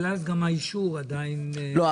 אבל אז גם האישור עדיין --- לא,